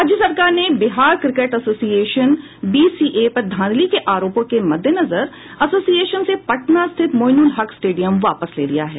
राज्य सरकार ने बिहार क्रिकेट एसोसिएशन बीसीए पर धांधली के आरोपों के मद्देनजर एसोसिएशन से पटना स्थित मोइनुलहक स्टेडियम वापस ले लिया है